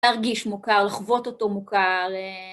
להרגיש מוכר, לחוות אותו מוכר.